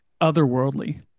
otherworldly